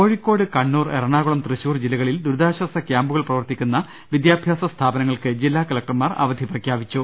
കോഴിക്കോട് കണ്ണൂർ എറണാകുളം തൃശൂർ ജില്ലകളിൽ ദുരി താശ്വാസ കൃാമ്പുകൾ പ്രവർത്തിക്കുന്ന വിദൃാഭൃാസ സ്ഥാപന ങ്ങൾക്ക് ജില്ലാ കലക്ടർമാർ അവധി പ്രഖ്യാപിച്ചു